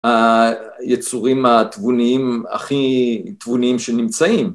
היצורים התבוניים הכי תבוניים שנמצאים.